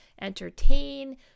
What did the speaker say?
entertain